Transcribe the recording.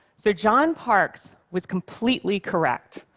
so john parkes was completely correct.